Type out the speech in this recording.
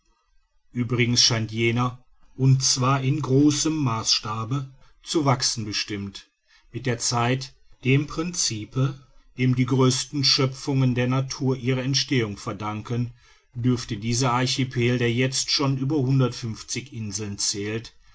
uebrigens scheint jener und zwar in großem maßstabe zu wachsen bestimmt mit der zeit dem principe dem die größten schöpfungen der natur ihre entstehung verdanken dürfte dieser archipel der jetzt schon über hundertundfünfzig inseln zählt